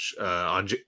on